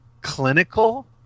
clinical